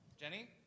Jenny